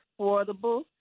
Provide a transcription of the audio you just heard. affordable